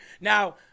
Now